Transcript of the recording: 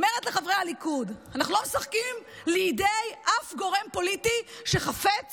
אומרת לחברי הליכוד: אנחנו לא משחקים לידי אף גורם פוליטי שחפץ